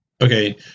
Okay